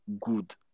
good